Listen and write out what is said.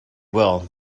will